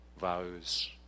vows